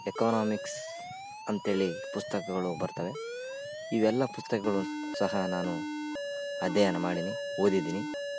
economics ಅಂತ್ಹೇಳಿ ಪುಸ್ತಕ್ಗಳು ಬರ್ತವೆ ಇವೆಲ್ಲ ಪುಸ್ತಕಗಳು ಸಹ ನಾನು ಅಧ್ಯಯನ ಮಾಡಿನಿ ಓದಿದ್ದೀನಿ